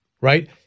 right